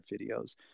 videos